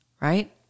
right